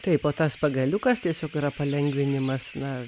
taip o tas pagaliukas tiesiog yra palengvinimas na